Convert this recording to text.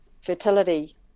fertility